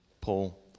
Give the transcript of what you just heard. Paul